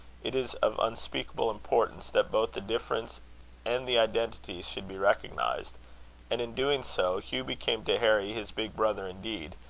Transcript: it is of unspeakable importance that both the difference and the identity should be recognized and in doing so, hugh became to harry his big brother indeed,